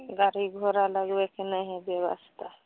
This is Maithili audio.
गाड़ी घोड़ा लगबैके नहि हइ बेबस्था